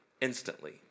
instantly